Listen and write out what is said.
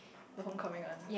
the Homecoming one